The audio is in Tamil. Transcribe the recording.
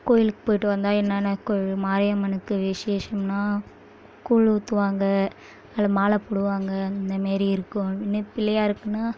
கோயிலுக்கு போய்விட்டு வந்தால் என்னென்னா கோவில் மாரியம்மனுக்கு விசேஷம்னால் கூழ் ஊற்றுவாங்க அதில் மாலை போடுவாங்க அந்த மாரி இருக்கும் இன்னும் பிள்ளையாருக்குனால்